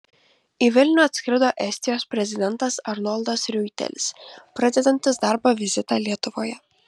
į vilnių atskrido estijos prezidentas arnoldas riuitelis pradedantis darbo vizitą lietuvoje